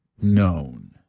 known